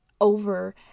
over